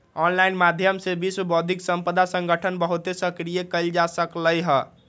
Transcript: online माध्यम से विश्व बौद्धिक संपदा संगठन बहुते सक्रिय कएल जा सकलई ह